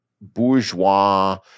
bourgeois